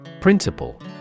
Principle